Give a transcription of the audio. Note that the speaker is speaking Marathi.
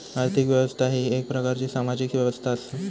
आर्थिक व्यवस्था ही येक प्रकारची सामाजिक व्यवस्था असा